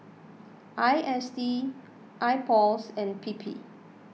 I S D Ipos and P P